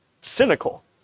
cynical